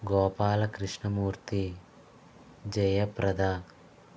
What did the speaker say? Gopala Krishnamurthy Jayaprada